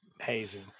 hazing